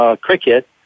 Cricket